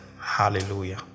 Hallelujah